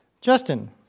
Justin